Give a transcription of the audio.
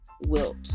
wilt